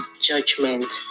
judgment